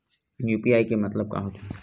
UPI के मतलब का होथे?